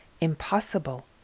impossible